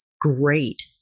Great